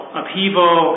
upheaval